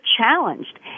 challenged